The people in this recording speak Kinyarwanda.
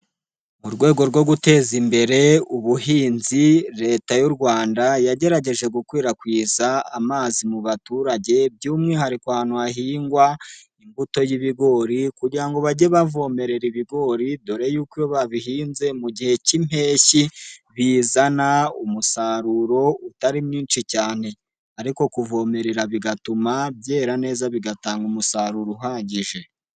Mu rwego rwo guteza imbere ubuhinzi leta y'u rwanda yagerageje gukwirakwiza amazi mu baturage, by'umwihariko ahantu hahingwa imbuto y'ibigori, kugira ngo bajye bavomerera ibigori . Dore yuko iyo babihinze mu gihe k'impeshyi bizana umusaruro utari mwinshi cyane, ariko kuvomerera bigatuma byera neza bigatanga umusaruro uhagije.